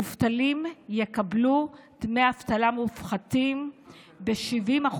מובטלים יקבלו דמי אבטלה מופחתים ב-70%,